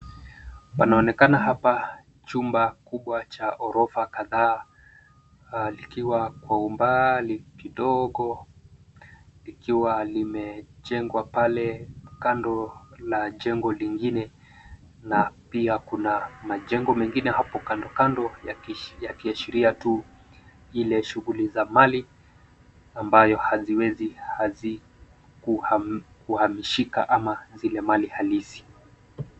Panaonekana hapa chumba kubwa cha ghorofa kadhaa likiwa kwa umbali kidogo likiwa limejengwa pale kando la jengo lingine na pia kuna majengo mengine hapo kando kando yakiashiria tu ile shughuli za mali ambayo haziwezi kuhamishika ama zile mali halisi.